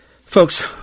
Folks